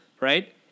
right